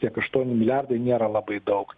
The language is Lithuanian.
tiek aštuoni milijardai nėra labai daug